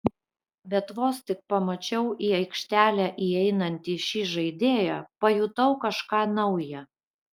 bet vos tik pamačiau į aikštelę įeinantį šį žaidėją pajutau kažką nauja